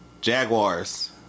Jaguars